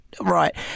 right